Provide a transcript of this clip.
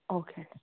okay అయితే